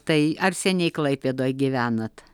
tai ar seniai klaipėdoj gyvenat